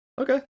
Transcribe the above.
Okay